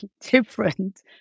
different